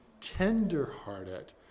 tenderhearted